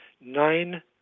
nine